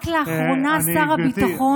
רק לאחרונה שר הביטחון,